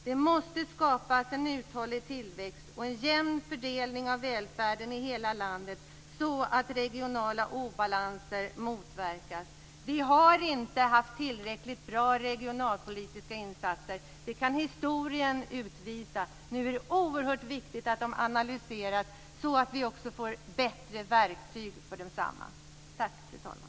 Det måste skapas en uthållig tillväxt och en jämn fördelning av välfärden i hela landet, så att regionala obalanser motverkas. Vi har inte haft tillräckligt bra regionalpolitiska insatser. Det kan historien utvisa. Nu är det oerhört viktigt att de analyseras, så att vi också får bättre verktyg för dem. Tack, fru talman!